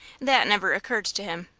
that never occurred to him.